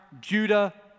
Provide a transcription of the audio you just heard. Judah